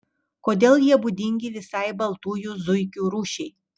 kodėl jie būdingi visai baltųjų zuikių rūšiai